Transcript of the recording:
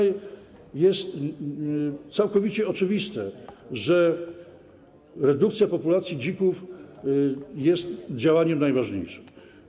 Jest całkowicie oczywiste, że redukcja populacji dzików jest działaniem najważniejszym.